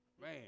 Man